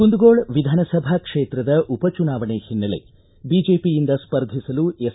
ಕುಂದಗೋಳ ವಿಧಾನಸಭಾ ಕ್ಷೇತ್ರದ ಉಪ ಚುನಾವಣೆ ಹಿನೈಲೆ ಬಿಜೆಪಿಯಿಂದ ಸ್ಪರ್ಧಿಸಲು ಎಸ್